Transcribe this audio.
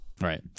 right